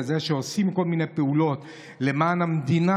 זה שעושים כל מיני פעולות למען המדינה,